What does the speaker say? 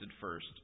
first